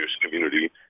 community